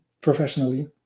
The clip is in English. professionally